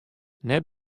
net